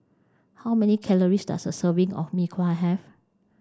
how many calories does a serving of mee kuah have